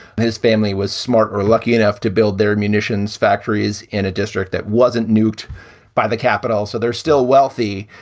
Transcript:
his family was smart or lucky enough to build their munitions factories in a district that wasn't nuked by the capital. so they're still wealthy.